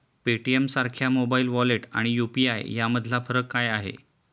पेटीएमसारख्या mobile wallet आणि UPI यामधला फरक काय आहे?